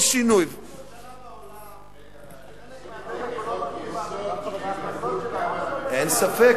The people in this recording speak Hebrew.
כל שינוי, אין ממשלה בעולם, אין ספק.